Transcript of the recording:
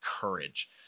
courage